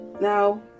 Now